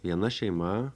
viena šeima